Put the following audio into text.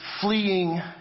fleeing